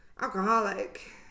alcoholic